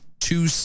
two